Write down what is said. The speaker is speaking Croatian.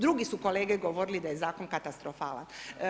Drugi su kolege govorili da je zakon katastrofalan.